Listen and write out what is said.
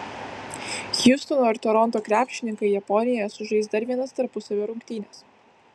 hjustono ir toronto krepšininkai japonijoje sužais dar vienas tarpusavio rungtynes